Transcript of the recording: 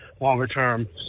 longer-term